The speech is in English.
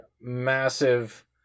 massive